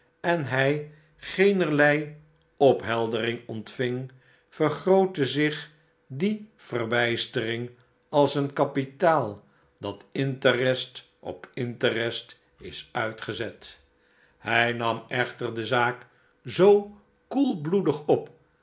en hij geenerlei opheldering ontving vergrootte zich die verbijstering als een kapitaal dat interest op interest is uitgezet hij nam echter de zaak zoo koelbloedig op